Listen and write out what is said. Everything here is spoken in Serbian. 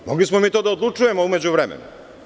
Mogli smo mi to da odlučujemo u međuvremenu.